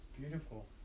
beautiful